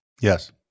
Yes